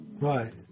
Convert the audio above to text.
Right